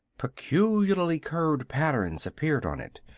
peculiarly curved patterns appeared on it.